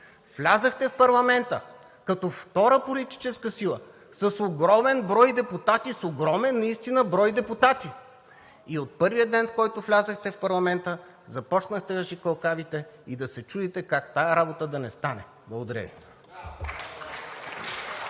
Влязохте в парламента като втора политическа сила с огромен брой депутати, с огромен наистина брой депутати. И от първия ден, в който влязохте в парламента, започнахте да шикалкавите и да се чудите как тази работа да не стане. Благодаря Ви.